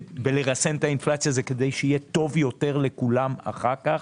ולרסן את האינפלציה זה כדי שיהיה טוב יותר לכולם אחר כך,